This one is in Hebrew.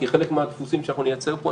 כי חלק מהדפוסים שאנחנו נייצר פה,